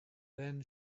then